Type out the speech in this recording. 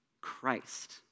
Christ